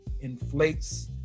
inflates